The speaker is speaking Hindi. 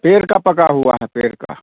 पेड़ का पका हुआ है पेड़ का